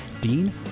Dean